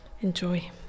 enjoy